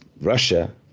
Russia